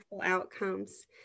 outcomes